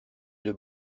deux